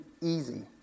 easy